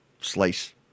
slice